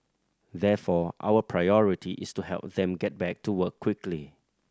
therefore our priority is to help them get back to work quickly